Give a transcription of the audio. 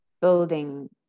building